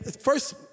first